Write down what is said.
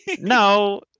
No